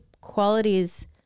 qualities